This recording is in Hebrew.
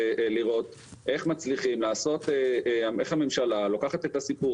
וחייבים לראות איך הממשלה לוקחת את הסיפור